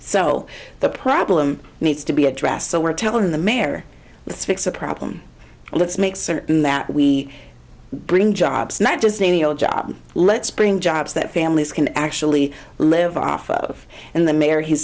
so the problem needs to be addressed so we're telling the mayor let's fix the problem let's make certain that we bring jobs not just any old job let's bring jobs that families can actually live off of and the mayor he